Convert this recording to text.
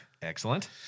Excellent